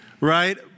right